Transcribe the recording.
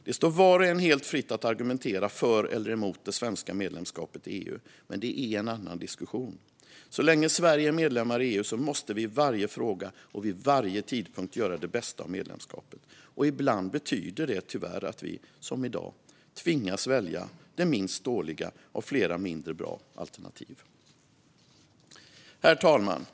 Det står var och en helt fritt att argumentera för eller emot det svenska medlemskapet i EU, men det är en annan diskussion. Så länge Sverige är medlem i EU måste vi i varje fråga och vid varje tidpunkt göra det bästa av medlemskapet. Ibland betyder det tyvärr att vi, som i dag, tvingas välja det minst dåliga av flera mindre bra alternativ. Herr talman!